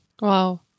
Wow